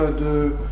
de